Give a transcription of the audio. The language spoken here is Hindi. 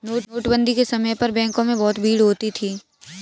नोटबंदी के समय पर बैंकों में बहुत भीड़ होती थी